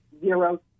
zero